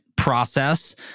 Process